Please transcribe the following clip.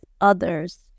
others